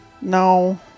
No